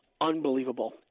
unbelievable